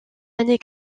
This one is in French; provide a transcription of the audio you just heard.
années